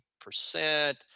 percent